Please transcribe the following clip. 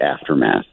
aftermath